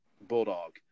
Bulldog